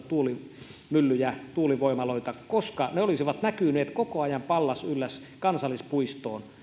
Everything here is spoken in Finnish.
tuulimyllyjä tuulivoimaloita koska ne olisivat näkyneet koko ajan pallas yllästunturin kansallispuistoon